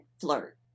flirt